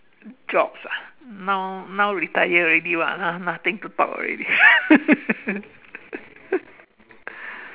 jobs ah now now retire already what ah nothing to talk already